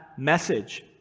message